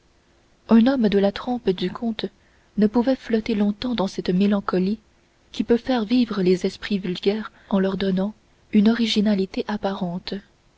un homme de la trempe du comte ne pouvait flotter longtemps dans cette mélancolie qui peut faire vivre les esprits vulgaires en leur donnant une originalité apparente